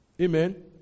Amen